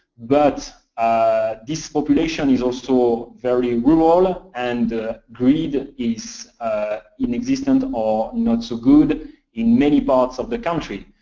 but this population is also very rural, ah and grid is inexistent or not so good in many parts of the country.